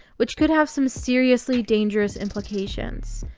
which could have some seriously dangerous implications.